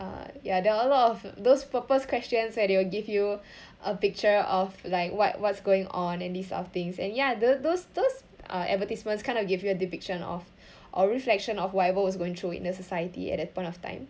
uh ya there're a lot of those purpose questions that they'll give you a picture of like what what's going on and this sort of things and ya tho~ those those uh advertisement kind of give you depiction of or reflection of whatever what is going through in the society at that point of time